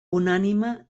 unànime